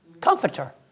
Comforter